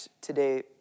today